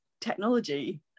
technology